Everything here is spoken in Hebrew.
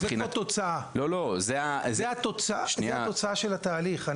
זה כבר תוצאה, זאת התוצאה של התהליך.